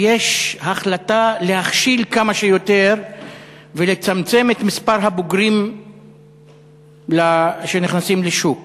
שיש החלטה להכשיל כמה שיותר ולצמצם את מספר הבוגרים שנכנסים לשוק.